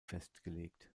festgelegt